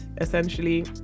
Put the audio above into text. essentially